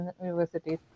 universities